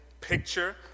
picture